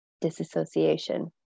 disassociation